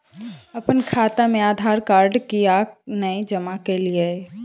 अप्पन खाता मे आधारकार्ड कियाक नै जमा केलियै?